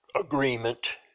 agreement